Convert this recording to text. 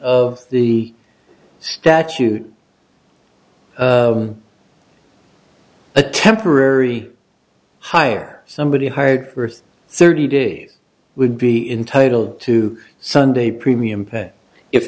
of the statute a temporary hire somebody hired worth thirty days would be intitled to sunday premium pay if